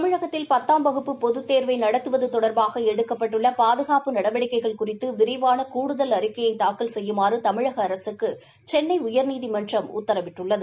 தமிழகத்தில பத்தாம் வகுப்பு பொதுத் தேர்வை நடத்துவது தொடர்பாக எடுக்கப்பட்டுள்ள பாதுகாப்பு நடவடிக்கைகள் குறித்து விரிவான கூடுதல் அறிக்கையை தாக்கல் செய்யுமாறு தமிழக அரசுக்கு சென்னை உயர்நீதிமன்றம் உத்தரவிட்டுள்ளது